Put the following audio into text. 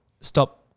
stop